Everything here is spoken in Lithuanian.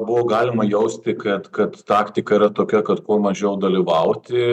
buvo galima jausti kad kad taktika yra tokia kad kuo mažiau dalyvauti